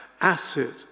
acid